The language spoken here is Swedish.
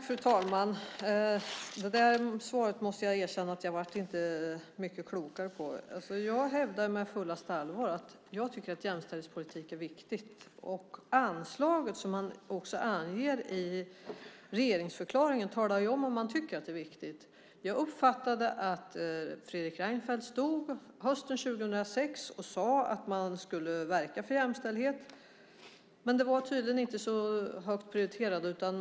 Fru talman! Det svaret måste jag erkänna att jag inte blev mycket klokare av. Jag hävdar på fullaste allvar att jämställdhetspolitik är viktigt. Anslaget som man anger i regeringsförklaringen talar om huruvida man tycker att det är viktigt. Jag uppfattade att Fredrik Reinfeldt hösten 2006 stod och sade att man skulle verka för jämställdhet. Men det var tydligen inte så högt prioriterat.